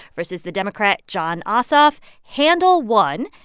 versus the democrat jon ossoff. handel won,